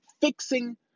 fixing